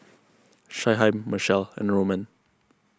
Shyheim Machelle and Roman